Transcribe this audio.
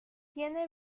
tiene